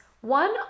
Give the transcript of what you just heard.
One